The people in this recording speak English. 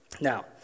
Now